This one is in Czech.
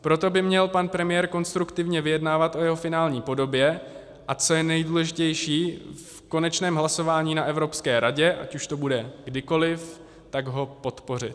Proto by měl pan premiér konstruktivně vyjednávat o jeho finální podobě, a co je nejdůležitější, v konečném hlasování na Evropské radě, ať už to bude kdykoliv, tak ho podpořit.